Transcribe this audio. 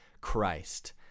Christ